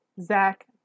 Zach